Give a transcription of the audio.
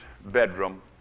bedroom